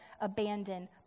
abandoned